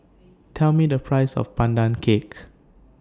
Tell Me The Price of Pandan Cake